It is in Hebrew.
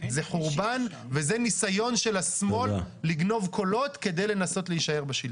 זה חורבן וזה ניסיון של השמאל לגנוב קולות כדי לנסות להישאר בשלטון.